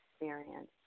experience